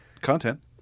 Content